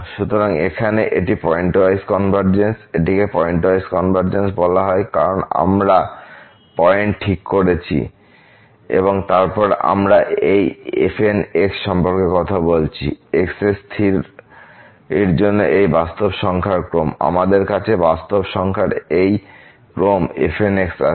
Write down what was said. সুতরাং এখানে এটি পয়েন্টওয়াইজ কনভারজেন্স এটিকে পয়েন্টওয়াইজ কনভারজেন্স বলা হয় কারণ আমরা পয়েন্ট ঠিক করছি এবং তারপর আমরা এই fn সম্পর্কে কথা বলছি x এর স্থির জন্য এই বাস্তব সংখ্যার ক্রম আমাদের কাছে বাস্তব সংখ্যার এই ক্রম f n আছে